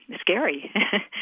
scary